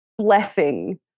blessing